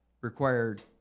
required